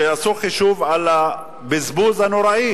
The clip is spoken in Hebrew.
שעשו חישוב על הבזבוז הנורא.